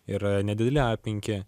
yra nedideli a penki